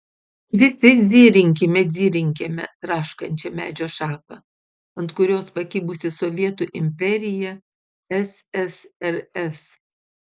visi dzirinkime dzirinkime traškančią medžio šaką ant kurios pakibusi sovietų imperija ssrs